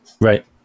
right